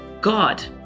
God